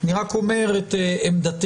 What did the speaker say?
אני רק אומר את עמדתי.